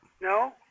No